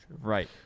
Right